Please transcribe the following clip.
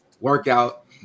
workout